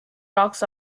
rocks